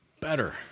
better